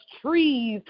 trees